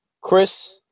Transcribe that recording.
Chris